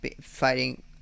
fighting